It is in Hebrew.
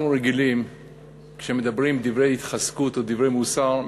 אנחנו רגילים שכשמדברים דברי התחזקות או דברי מוסר,